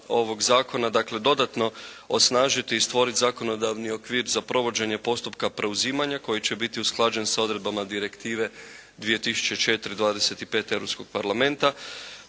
ovog zakona dakle dodatno osnažiti i stvorit zakonodavni okvir za provođenje postupka preuzimanja koji će biti usklađen sa odredbama direktive 2004/25